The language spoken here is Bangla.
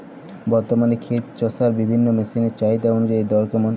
বর্তমানে ক্ষেত চষার বিভিন্ন মেশিন এর চাহিদা অনুযায়ী দর কেমন?